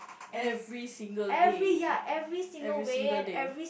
every single day every single day